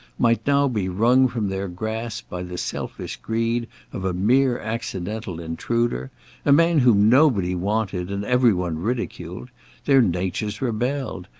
might now be wrung from their grasp by the selfish greed of a mere accidental intruder a man whom nobody wanted and every one ridiculed their natures rebelled,